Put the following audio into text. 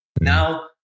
Now